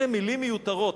אלה מלים מיותרות.